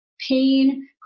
pain